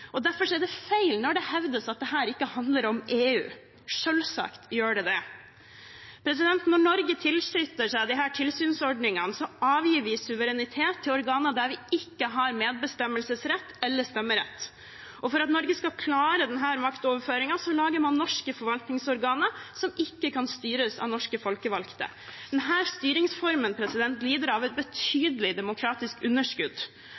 problematiske. Derfor er det feil når det hevdes at dette ikke handler om EU. Selvsagt gjør det det. Når Norge tilslutter seg disse tilsynsordningene, avgir vi suverenitet til organer der vi ikke har medbestemmelsesrett eller stemmerett. For at Norge skal klare denne maktoverføringen, lager man norske forvaltningsorganer som ikke kan styres av norske folkevalgte. Denne styringsformen lider av et betydelig demokratisk underskudd,